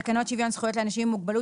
הצעת תקנות שוויון זכויות לאנשים עם מוגבלות